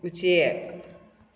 ꯎꯆꯦꯛ